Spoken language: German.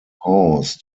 haus